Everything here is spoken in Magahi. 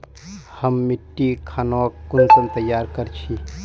हम मिट्टी खानोक कुंसम तैयार कर छी?